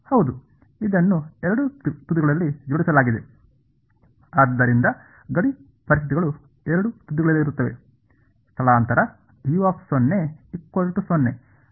ಹೌದು ಇದನ್ನು ಎರಡು ತುದಿಗಳಲ್ಲಿ ಜೋಡಿಸಲಾಗಿದೆ ಆದ್ದರಿಂದ ಗಡಿ ಪರಿಸ್ಥಿತಿಗಳು ಎರಡೂ ತುದಿಗಳಲ್ಲಿರುತ್ತವೆ ಸ್ಥಳಾಂತರ ಸರಿ